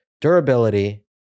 durability